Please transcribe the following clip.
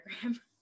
program